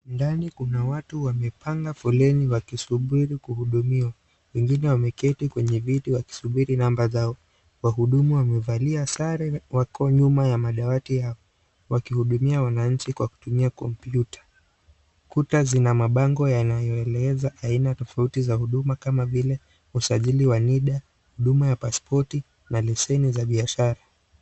Ndani, kuna watu wamepanga foleni wakisubiri kuhudumiwa. Wengine wameketi kwenye viti wakisubiri namba zao. Wahudumu wamevalia sare, wako nyuma ya madawati Yao, wakihudumia wanainchi kwa kutumia kompyuta. Kuta zina mabango yanayoeleza aina tofauti za huduma kama vile, usajili wa nida, huduma ya passport na lesheni za biashara.